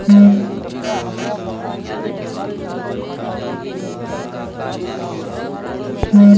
कृपया हमरा बताइं कि हमर चालू खाता खातिर न्यूनतम शेष राशि का ह